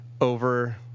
over